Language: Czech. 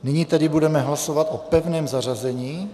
Nyní tedy budeme hlasovat o pevném zařazení.